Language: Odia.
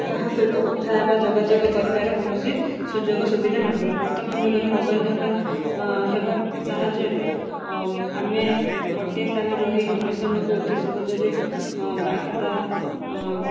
କାହା ସହିତ କଥା ହେବା ଯୋଗାଯୋଗ କରିବାରେ କୌଣସି ସୁଯୋଗ ସୁବିଧା ନଥିଲା ବର୍ତ୍ତମାନ ଯୁଗରେ ମୋବାଇଲ ହେବା ହେବା ସାହାଯ୍ୟରେ ଆମେ ଗୋଟିଏ ସ୍ଥାନରେ ରହି ଅନ୍ୟ ସ୍ଥାନକୁ ଅତି ସହଜରେ ବାର୍ତ୍ତା